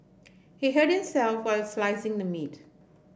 he hurt himself while slicing the meat